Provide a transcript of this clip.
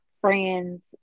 friends